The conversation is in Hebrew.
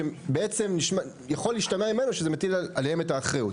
שבעצם יכול להשתמע ממנו שזה מטיל עליהם את האחריות.